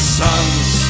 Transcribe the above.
sons